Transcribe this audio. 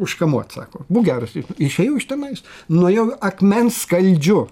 užkamuot sako būk geras ir išėjau iš tenais nuėjau akmenskaldžiu